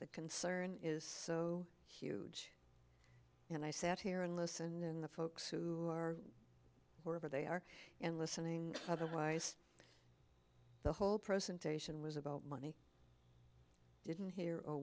the concern is so huge and i sat here and listened in the folks who are who are they are and listening otherwise the whole presentation was about money i didn't hear a